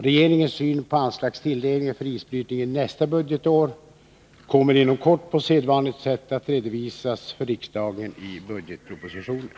Regeringens syn på anslagstilldelningen för isbrytningen nästa budgetår kommer inom kort på sedvanligt sätt att redovisas för riksdagen i budgetpropositionen.